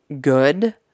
good